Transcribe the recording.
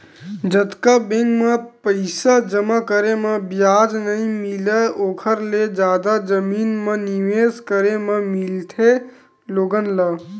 जतका बेंक म पइसा जमा करे म बियाज नइ मिलय ओखर ले जादा जमीन म निवेस करे म मिलथे लोगन ल